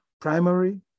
primary